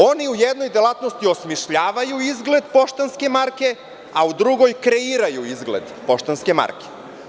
Oni u jednoj delatnosti osmišljavaju izgled poštanske marke, a u drugoj kreiraju izgled poštanske marke.